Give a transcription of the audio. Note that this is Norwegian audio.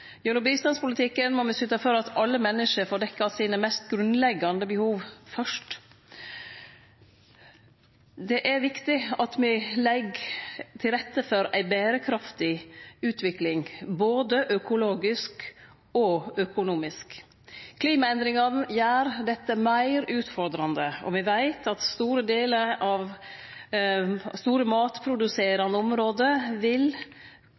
Gjennom bistandspolitikken må me syte for at alle menneske får dekt dei mest grunnleggjande behova først. Det er viktig at me legg til rette for ei berekraftig utvikling både økologisk og økonomisk. Klimaendringane gjer dette meir utfordrande, og me veit at store matproduserande område kanskje vil verte sette ut av